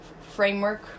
framework